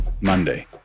Monday